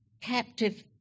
captive